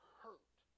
hurt